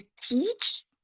teach